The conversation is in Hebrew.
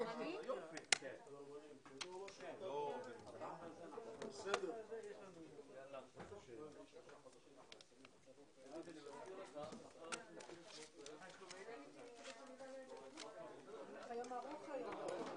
ננעלה בשעה 13:50.